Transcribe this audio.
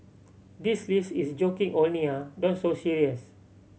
this list is joking only ah don't so serious